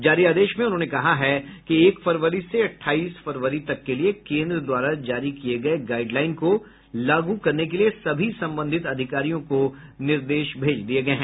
जारी आदेश में उन्होंने कहा है कि एक फरवरी से अट्ठाईस फरवरी तक के लिये केन्द्र द्वारा जारी किये गये गाईडलाइन को लागू करने के लिये सभी संबंधित अधिकारियों को निर्देश भेज दिये गये हैं